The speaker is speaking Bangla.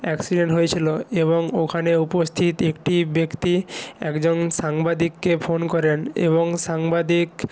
অ্যাক্সিডেন্ট হয়েছিলো এবং ওখানে উপস্থিত একটি ব্যক্তি একজন সাংবাদিককে ফোন করেন এবং সাংবাদিক